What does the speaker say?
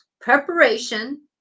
preparation